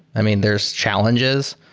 i mean, there's challenges.